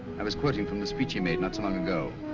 i was quoting from the speech he made not so long ago